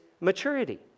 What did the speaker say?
maturity